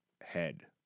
head